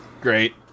Great